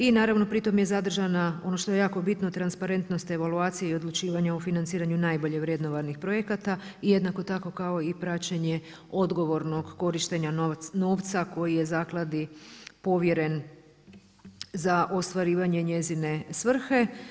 I naravno pri tom je zadržana ono što je jako bitno, transparentnost evaluacije i odlučivanje u financiranju najbolje vrednovanih projekata i jednako tako kao i praćenje odgovornog korištenja novca koji je zakladi povjeren za ostvarivanje njezine svrhe.